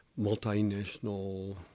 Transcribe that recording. multinational